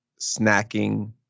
snacking